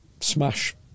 smash